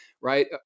right